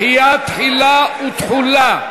דחיית תחילה ותחולה)